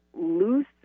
loose